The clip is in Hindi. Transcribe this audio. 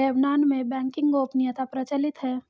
लेबनान में बैंकिंग गोपनीयता प्रचलित है